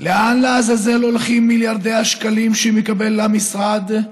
לאן לעזאזל הולכים מיליארדי השקלים שמקבל המשרד,